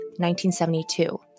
1972